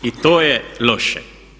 I to je loše.